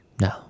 No